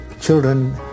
children